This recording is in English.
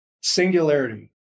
singularity